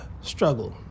struggle